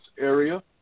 area